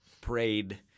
prayed